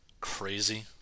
crazy